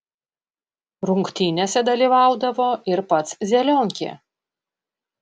rungtynėse dalyvaudavo ir pats zelionkė